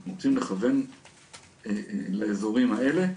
אנחנו רוצים לכוון לאזורים האלה.